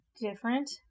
different